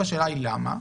השאלה היא למה,